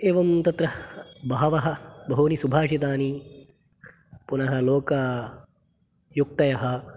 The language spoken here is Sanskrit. एवं तत्र बहवः बहूनि सुभाषितानि पुनः लोकयुक्तयः